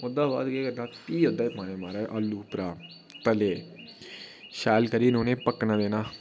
ओह्दे बाद केह् करना फ्ही ओह्दे च पाने माराज आलू उप्परा तले शैल करी उ'नें ई पकना देना